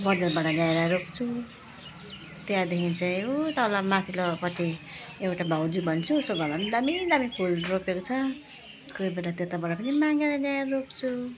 बजारबाट ल्याएर रोप्छु त्यहाँदेखि चाहिँ उ तल माथ्लोपट्टि एउटा भाउजू भन्छु उसको घरमा पनि दामी दामी फुल रोपेको छ कोही बेला त्यत्ताबाट पनि मागेर ल्याएर रोप्छु